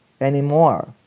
anymore